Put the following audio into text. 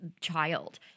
child